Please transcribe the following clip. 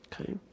okay